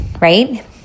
right